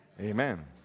Amen